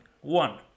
One